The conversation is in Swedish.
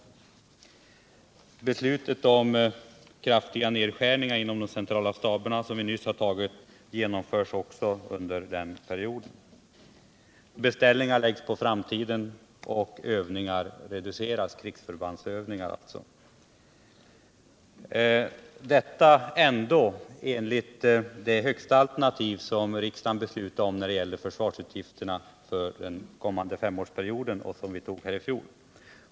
Det beslut om kraftiga nedskärningar inom de centrala staberna som vi nyss har tagit genomförs också under den perioden. Beställningar läggs på framtiden och krigsförbandsövningar reduceras. Detta sker trots att det var det högsta alternativet som riksdagen beslutade om när det gäller försvarsutgifterna för den kommande femårsperioden och som vi tog här i fjol.